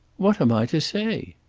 what am i to say?